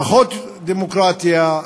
פחות דמוקרטיה,